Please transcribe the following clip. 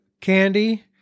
candy